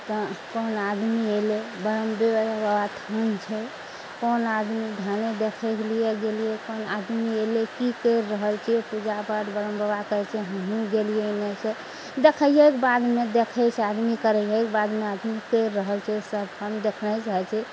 तऽ कोन आदमी अयलइ ब्रम्ह देव बाबा थान छै कोन आदमी धाने देखयके लिये गेलियै कोन आदमी एलय की करि रहल छियै पूजा पाठ ब्रम्ह बाबा कहय छै हमहुँ गेलियइ नहि छै देखइके बादमे देखय छै आदमी करइएके बादमे आदमी करि रहल छै सब देखने रहय छै